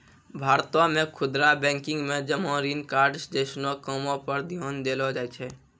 भारतो मे खुदरा बैंकिंग मे जमा ऋण कार्ड्स जैसनो कामो पे ध्यान देलो जाय छै